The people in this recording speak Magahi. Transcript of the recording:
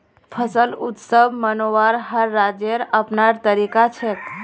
फसल उत्सव मनव्वार हर राज्येर अपनार तरीका छेक